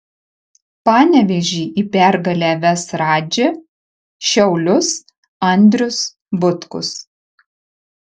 panevėžį į pergalę ves radži šiaulius andrius butkus